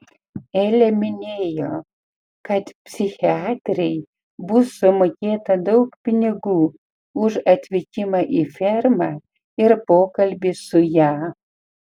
elė minėjo kad psichiatrei bus sumokėta daug pinigų už atvykimą į fermą ir pokalbį su ja